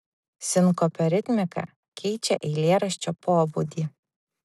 sinkopio ritmika keičia eilėraščio pobūdį